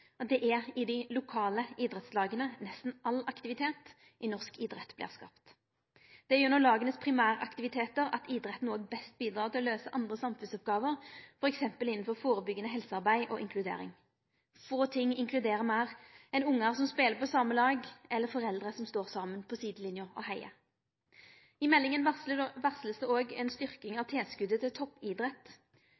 Det er i dei lokale idrettslaga at nesten all aktivitet i norsk idrett vert skapt. Det er òg gjennom laga sine primæraktivitetar at idretten best bidreg til å løyse andre oppgåver i samfunnet, f.eks. innan forebyggjande helsearbeid og inkludering. Det er lite som inkluderer meir enn ungar som speler på same lag eller foreldre som står saman på sidelinja og heiar. I meldinga vert det òg varsla ei styrking av